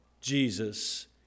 Jesus